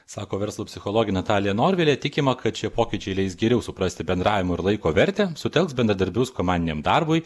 sako verslo psichologė natalija norvilė tikima kad šie pokyčiai leis geriau suprasti bendravimo ir laiko vertę sutelks bendradarbius komandiniam darbui